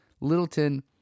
Littleton